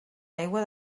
aigua